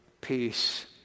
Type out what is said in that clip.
peace